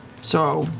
so,